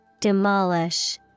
Demolish